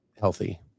healthy